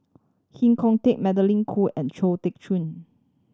Heng Khoo Tian Magdalene Khoo and Chong Tze Chien